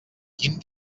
quin